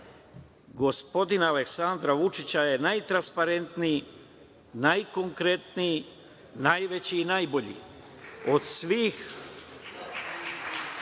gospodina Aleksandra Vučića je najtransparentniji, najkonkretniji, najveći i najbolji od svih